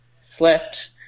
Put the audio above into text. slept